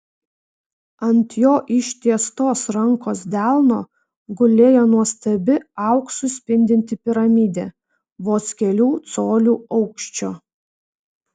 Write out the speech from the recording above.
ant jo ištiestos rankos delno gulėjo nuostabi auksu spindinti piramidė vos kelių colių aukščio